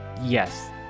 Yes